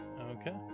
Okay